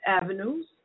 Avenues